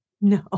No